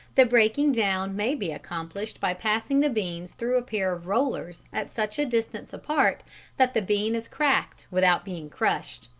the breaking down may be accomplished by passing the beans through a pair of rollers at such a distance apart that the bean is cracked without being crushed.